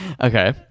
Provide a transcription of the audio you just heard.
Okay